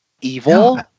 evil